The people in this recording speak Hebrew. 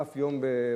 אף יום בכנסת.